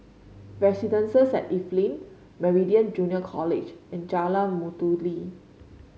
Residences at Evelyn Meridian Junior College and Jalan Mastuli